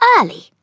early